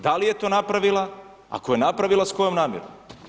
Da li je to napravila, ako je napravila s kojom namjerom?